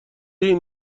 این